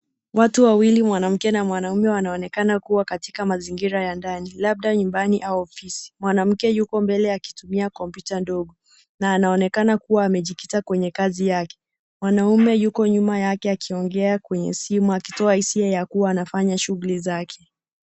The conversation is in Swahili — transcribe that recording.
Watu wawili, mwanamke na mwanaume, wanaonekana kuwa katika mazingira ya ndani, labda nyumbani au ofisi. Mwanamke yuko mbele akitumia kompyuta ndogo na anaonekana kuwa amejikita kwenye kazi yake. Mwanaume yuko nyuma yake akiongea kwenye simu, akitoa hisia ya kuwa anafanya shughuli zake.